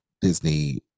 Disney